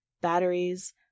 batteries